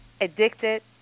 Addicted